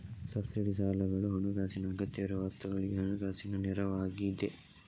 subsidy ಸಾಲಗಳು ಹಣಕಾಸಿನ ಅಗತ್ಯವಿರುವ ವಸ್ತುಗಳಿಗೆ ಹಣಕಾಸಿನ ನೆರವು ಆಗಿದೆ